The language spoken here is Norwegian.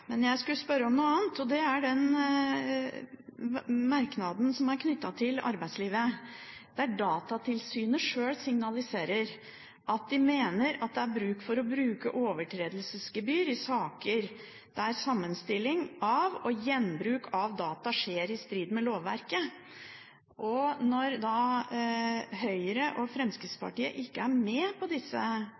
Men jeg skulle spørre om noe annet, og det er den merknaden som er knyttet til arbeidslivet, der Datatilsynet sjøl signaliserer at det mener at det er bruk for å bruke overtredelsesgebyr i saker der sammenstilling og gjenbruk av data skjer i strid med lovverket. Når Høyre og Fremskrittspartiet ikke er med på disse